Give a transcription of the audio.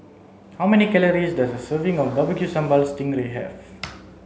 how many calories does a serving of barbecue sambal sting ray have